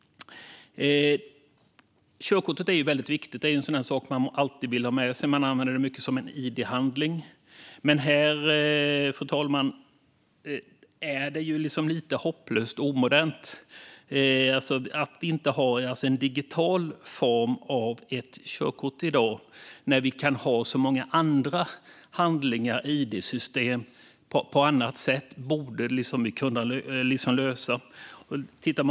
Körkortet är ju väldigt viktigt. Det är sådan sak man alltid vill ha med sig. Man använder det mycket som en id-handling. Dock är det ju lite hopplöst omodernt, fru talman, att inte ha en digital form av körkort i dag. När vi kan ha så många andra handlingar och id-system på annat sätt borde vi kunna lösa även detta.